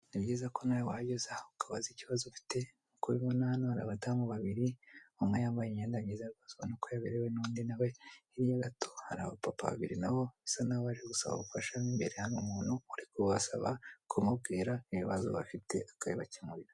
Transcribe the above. Ni byiza ko nawe wajya uza ukabaza ikibazo ufite nk'uko ubibona hano hari abadamu babiri, umwe wambaye imyenda myiza y'umutuku ubona ko yaberewe n'undi nawe, hirya ho gato hari abapapa babiri bisa nk'aho baje gusaba ubufasha mo imbere hari umuntu uri kubasaba kumubwira ibibazo bafite akabibakemurira.